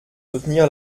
soutenir